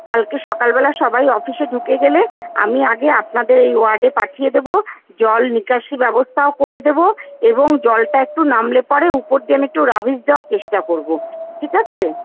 কালকে সকালবেলা সবাই অফিসে ঢুকে গেলে আমি আগে আপনাদের এই ওয়ার্ডে পাঠিয়ে দেবো জল নিকাশি ব্যবস্থাও করে দেবো এবং জলটা একটু নামলে পরে উপর দিয়ে আমি একটু রাবিশ দেওয়ার চেষ্টা করবো ঠিক আছে